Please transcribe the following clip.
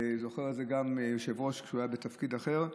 וזוכר את זה גם היושב-ראש כשהוא היה בתפקיד אחר,